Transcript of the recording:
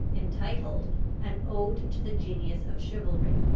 entitled an ode to the genius of chivalry,